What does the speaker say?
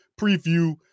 preview